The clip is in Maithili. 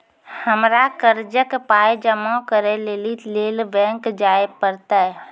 हमरा कर्जक पाय जमा करै लेली लेल बैंक जाए परतै?